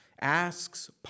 asks